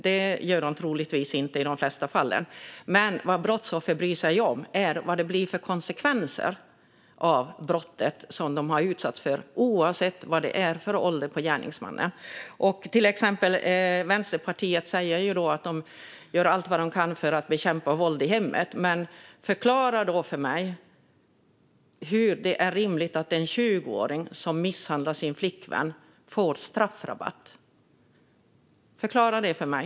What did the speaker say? Det gör de troligtvis inte i de flesta fall, men vad brottsoffer bryr sig om är vad det blir för konsekvenser av det brott som de utsatts för, oavsett vilken ålder gärningsmannen har. Vänsterpartiet säger till exempel att de gör allt de kan för att bekämpa våld i hemmet, men hur kan det vara rimligt att en 20-åring som misshandlar sin flickvän får straffrabatt? Förklara det för mig!